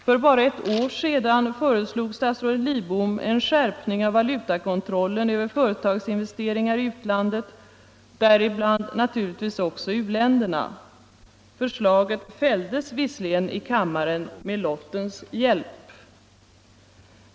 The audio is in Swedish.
För bara ett år sedan föreslog statsrådet Lidbom en skärpning av valutakontrollen över företagsinvesteringar i utlandet, däribland naturligtvis också u-länderna. Förslaget fälldes visserligen i kammaren med lottens hjälp.